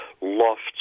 lofts